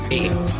eight